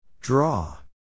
Draw